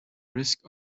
risk